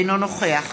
אינו נוכח